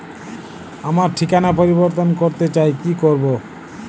আমার ঠিকানা পরিবর্তন করতে চাই কী করব?